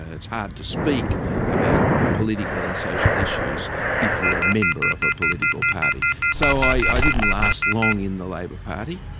ah it's hard to speak about political and social issues if you're a member of a political party. so i didn't last long in the labor party.